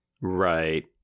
Right